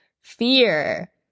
fear